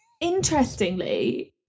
Interestingly